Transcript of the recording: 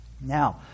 Now